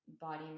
body